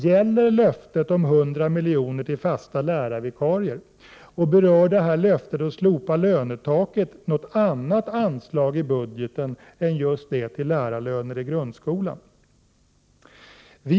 Gäller löftet om 100 milj.kr. till fasta lärarvikarier? Berör löftet att slopa lönetaket något annat anslag i budgeten än just det till lärarlöner i grundskolan? 9.